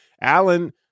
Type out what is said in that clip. Allen